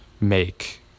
make